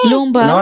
Lumba